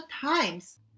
Times